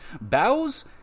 bows